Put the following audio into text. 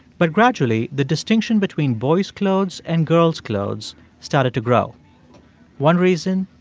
but gradually, the distinction between boys' clothes and girls' clothes started to grow one reason,